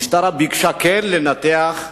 המשטרה ביקשה כן לנתח,